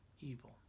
evil